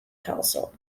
council